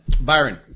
Byron